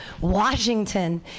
Washington